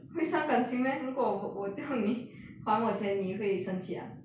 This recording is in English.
会伤感情 meh 如果我我叫你还我钱你会生气 ah